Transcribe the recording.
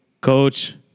coach